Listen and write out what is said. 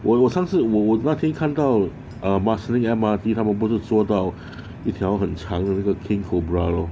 我有上次我我那天看到 uh marsiling M_R_T 他们不是捉到一条很长的那个 king cobra lor